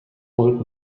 volk